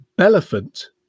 elephant